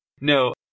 No